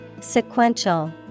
Sequential